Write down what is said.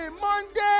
Monday